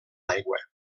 aigua